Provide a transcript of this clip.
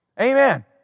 amen